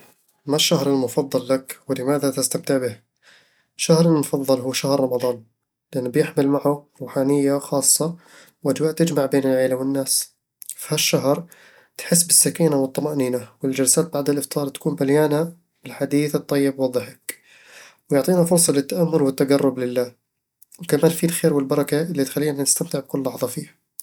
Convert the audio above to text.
ما الشهر المفضل لك، ولماذا تستمتع به؟ شهري المفضل هو شهر رمضان، لأنه بيحمل معه روحانية خاصة وأجواء تجمع بين العائلة والناس في هالشهر، تحس بالسكينة والطمأنينة، والجلسات بعد الإفطار تكون مليانة بالحديث الطيب والضحك ويعطينا فرصة للتأمل والتقرب لله، وكمان فيه الخير والبركة اللي تخلينا نستمتع بكل لحظة فيه